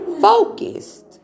focused